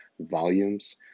volumes